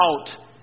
out